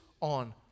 on